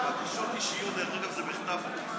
בקשות אישיות, דרך אגב, זה בכתב ומראש.